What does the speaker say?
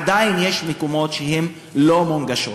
עדיין יש מקומות שהם לא מונגשים,